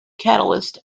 catalyst